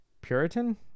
Puritan